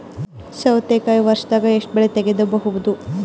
ಸೌತಿಕಾಯಿ ವರ್ಷದಾಗ್ ಎಷ್ಟ್ ಬೆಳೆ ತೆಗೆಯಬಹುದು?